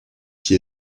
qui